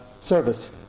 service